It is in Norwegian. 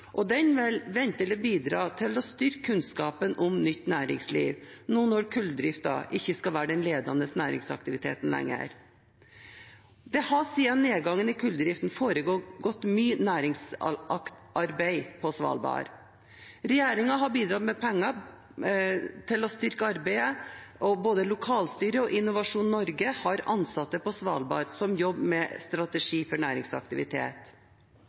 Den vil ventelig bidra til å styrke kunnskapen om nytt næringsliv, nå når kulldriften ikke lenger skal være den ledende næringsaktiviteten. Det har siden nedgangen i kulldriften foregått mye næringsarbeid på Svalbard. Regjeringen har bidratt med penger til å styrke arbeidet, og både lokalstyret og Innovasjon Norge har ansatte på Svalbard som jobber med strategi for næringsaktivitet.